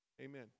Amen